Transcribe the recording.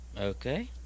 Okay